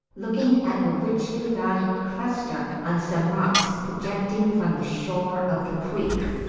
looking at a richly dyed cluster on some rocks project ing from the shore of the creek.